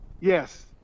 Yes